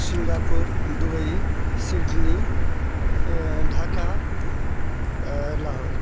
Singapore Dubai Sydney Dhaka Lahore